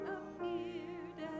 appeared